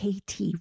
KT